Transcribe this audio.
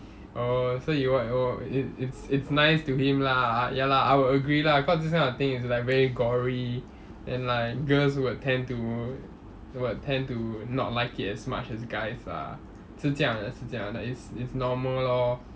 orh so you wa~ it it it's nice to him lah ya lah I would agree lah cause this kind of thing is very gory and like girls would tend to would tend to not like it as much as guys lah 是这样的是这样的 it's it's normal lor